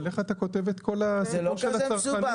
אבל איך אתה כותב את כל הסיפור של הצרכנים,